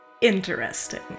interesting